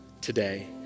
today